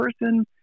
person